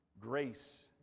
grace